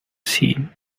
seen